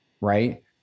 Right